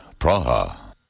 Praha